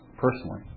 personally